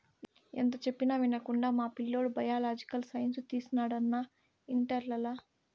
ఎంత చెప్పినా వినకుండా మా పిల్లోడు బయలాజికల్ సైన్స్ తీసినాడు అన్నా ఇంటర్లల